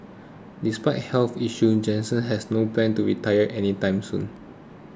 despite health issues Jansen has no plans to retire any time soon